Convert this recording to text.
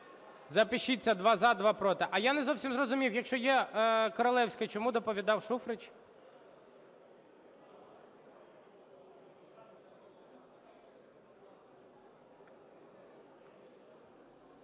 Запишіться: два – за, два – проти. А я не зовсім зрозумів: якщо є Королевська, чому доповідав Шуфрич?